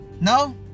no